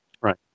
Right